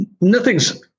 nothing's